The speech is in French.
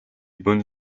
bonnes